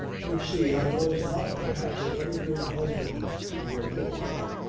you see i was not perhaps a very good husband to your poor mother.